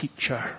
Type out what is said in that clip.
teacher